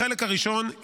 בחלק הראשון,